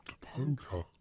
poker